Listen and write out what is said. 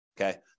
okay